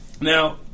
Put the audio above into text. Now